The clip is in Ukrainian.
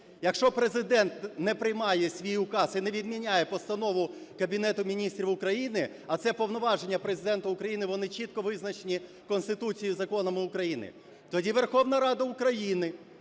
Якщо Президент не приймає свій указ і не відміняє постанову Кабінету Міністрів України, а це повноваження Президента України, вони чітко визначені Конституцією і законами України, тоді Верховна Рада України